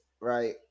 right